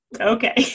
Okay